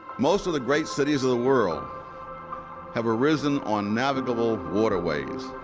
most of the great cities of the world have arisen on navigable waterways,